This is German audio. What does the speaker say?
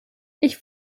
ich